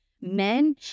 men